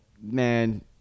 man